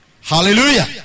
Hallelujah